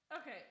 Okay